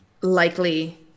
likely